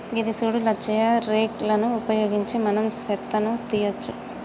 గిది సూడు లచ్చయ్య రేక్ లను ఉపయోగించి మనం సెత్తను తీయవచ్చు